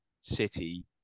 city